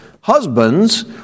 Husbands